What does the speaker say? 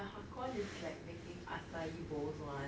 the Hakkon is like making acai bowls [one]